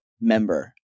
member